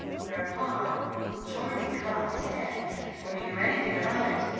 whereupon charming cut off his head before he knew anything about it,